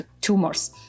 tumors